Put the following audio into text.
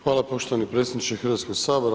Hvala poštovani predsjedniče Hrvatskog sabora.